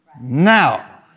Now